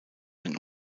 ein